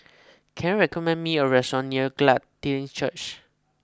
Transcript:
can you recommend me a restaurant near Glad Tidings Church